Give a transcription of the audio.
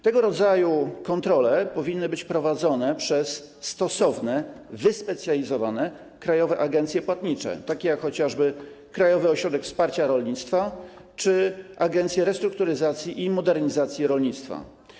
Tego rodzaju kontrole powinny być prowadzone przez stosowne, wyspecjalizowane krajowe agencje płatnicze, takie chociażby jak Krajowy Ośrodek Wsparcia Rolnictwa czy Agencja Restrukturyzacji i Modernizacji Rolnictwa.